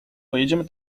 pojedziemy